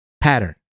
pattern